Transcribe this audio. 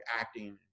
acting